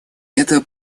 это